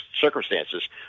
circumstances